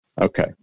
Okay